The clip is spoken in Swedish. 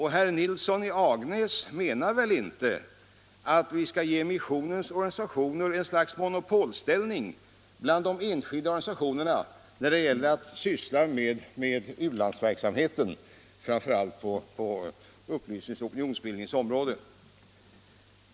Herr Nilsson menar väl inte att vi skall ge missionens organisationer ett slags monopolställning bland enskilda organisationer när det gäller att syssla med u-landsverksamhet, framför allt på upplysningens och opinionsbildningens område?